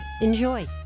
Enjoy